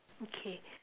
okay